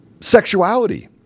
sexuality